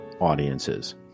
audiences